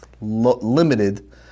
limited